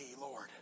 Lord